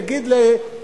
הוא יגיד לזוגתו,